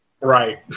Right